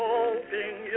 Hoping